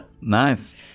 nice